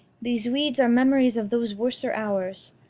these weeds are memories of those worser hours.